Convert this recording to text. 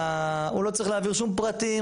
הוא לא צריך להעביר שום פרטים,